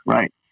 right